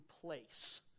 place